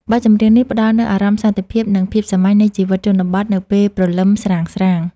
បទចម្រៀងនេះផ្ដល់នូវអារម្មណ៍សន្តិភាព និងភាពសាមញ្ញនៃជីវិតជនបទនៅពេលព្រលឹមស្រាងៗ។